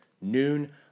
Noon